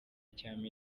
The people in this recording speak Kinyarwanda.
cyami